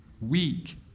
weak